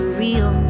real